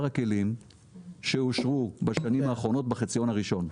הכלים שאושרו בשנים האחרונות בחציון הראשון.